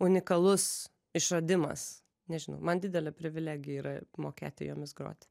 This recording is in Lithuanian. unikalus išradimas nežinau man didelė privilegija yra mokėti jomis groti